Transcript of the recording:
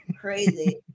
Crazy